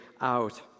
out